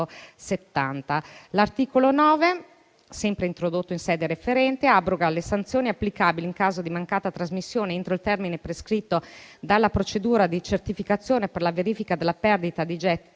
L'articolo 9-*ter*, sempre introdotto in sede referente, abroga le sanzioni applicabili in caso di mancata trasmissione entro il termine prescritto dalla procedura di certificazione per la verifica della perdita di gettito